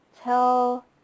tell